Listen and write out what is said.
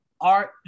art